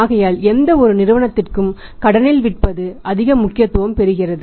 ஆகையால் எந்த ஒரு நிறுவனத்திற்கும் கடனில் விற்பது அதிக முக்கியத்துவம் பெறுகிறது